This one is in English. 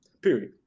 Period